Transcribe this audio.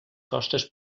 costes